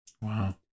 Wow